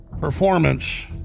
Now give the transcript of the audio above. performance